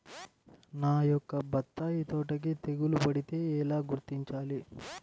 నా యొక్క బత్తాయి తోటకి తెగులు పడితే ఎలా గుర్తించాలి?